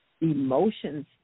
emotions